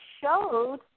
showed